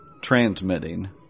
transmitting